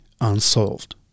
unsolved